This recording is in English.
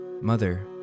mother